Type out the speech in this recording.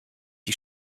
die